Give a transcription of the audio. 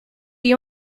you